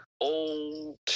old